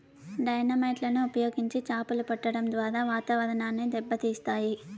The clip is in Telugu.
డైనమైట్ లను ఉపయోగించి చాపలు పట్టడం ద్వారా వాతావరణాన్ని దెబ్బ తీస్తాయి